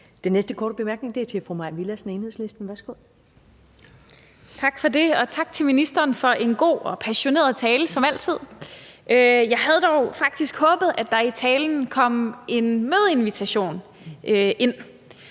Den næste korte bemærkning er til fru Mai Villadsen, Enhedslisten. Værsgo. Kl. 13:10 Mai Villadsen (EL): Tak for det, og tak til ministeren for en god og passioneret tale som altid. Jeg havde dog faktisk håbet, at der kom en mødeinvitation med